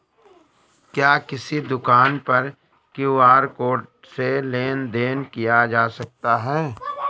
क्या किसी दुकान पर क्यू.आर कोड से लेन देन देन किया जा सकता है?